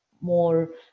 more